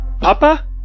Papa